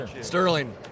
Sterling